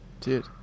Dude